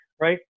right